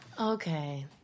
Okay